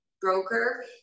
broker